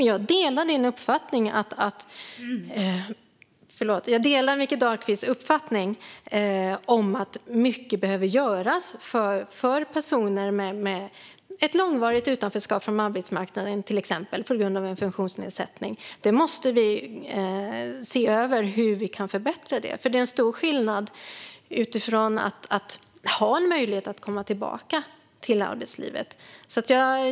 Jag delar Mikael Dahlqvists uppfattning om att mycket behöver göras för personer med ett långvarigt utanförskap från till exempel arbetsmarknaden på grund av en funktionsnedsättning. Vi måste se över hur vi kan förbättra detta. Det är en nämligen en stor skillnad att ha en möjlighet att komma tillbaka till arbetslivet.